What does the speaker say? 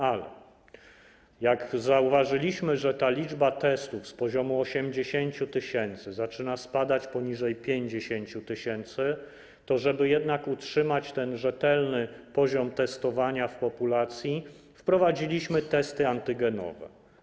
Ale jak zauważyliśmy, że ta liczba testów z poziomu 80 tys. zaczyna spadać poniżej 50 tys., to żeby jednak utrzymać ten rzetelny poziom testowania w populacji, wprowadziliśmy testy antygenowe.